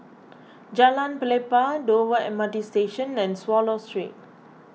Jalan Pelepah Dover M R T Station and Swallow Street